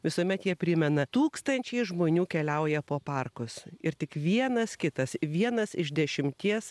visuomet jie primena tūkstančiai žmonių keliauja po parkus ir tik vienas kitas vienas iš dešimties